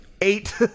eight